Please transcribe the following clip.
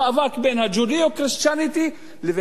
בין ה- Judeo-Christianityלבין האסלאם,